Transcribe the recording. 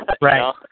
Right